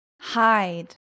hide